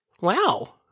wow